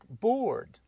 board